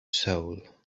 soul